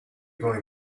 going